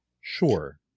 Sure